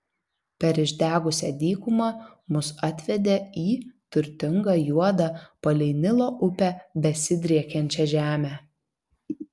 per išdegusią dykumą mus atvedė į turtingą juodą palei nilo upę besidriekiančią žemę